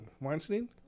Weinstein